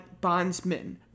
Bondsman